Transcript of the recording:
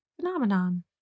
Phenomenon